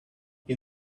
you